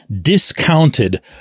discounted